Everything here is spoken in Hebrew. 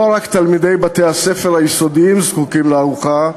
לא רק תלמידי בתי-הספר היסודיים זקוקים לארוחה,